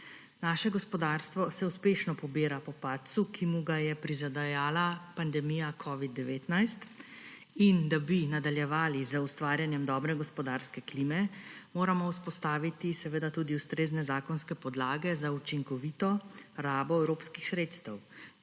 Naše gospodarstvo se uspešno pobira po padcu, ki mu ga je prizadejala pandemija covida-19, in da bi nadaljevali z ustvarjanjem dobre gospodarske klime, moramo vzpostaviti seveda tudi ustrezne zakonske podlage za učinkovito rabo evropskih sredstev,